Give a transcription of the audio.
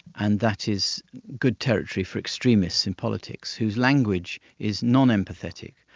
and that is good territory for extremists in politics, whose language is non-empathetic,